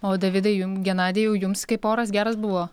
o davidai jum genadijau jums kaip oras geras buvo